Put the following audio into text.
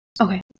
Okay